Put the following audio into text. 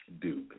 Duke